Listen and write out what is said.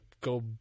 go